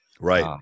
Right